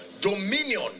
Dominion